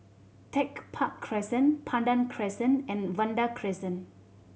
Tech Park Crescent Pandan Crescent and Vanda Crescent